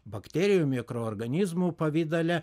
bakterijų mikroorganizmų pavidale